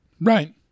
Right